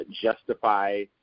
justify